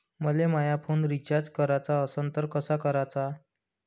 मले माया phone recharge कराचा असन तर कसा कराचा?